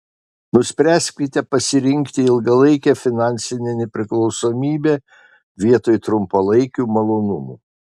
nuspręskite pasirinkti ilgalaikę finansinę nepriklausomybę vietoj trumpalaikių malonumų